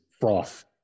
froth